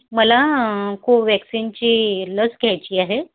मला कोवॅक्सिनची लस घ्यायची आहे